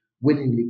willingly